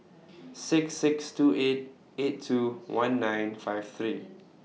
six six two eight eight two one nine five three